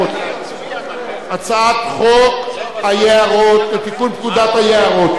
הצעת חוק לתיקון פקודת היערות (מס' 5). חבר